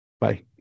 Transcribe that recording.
Bye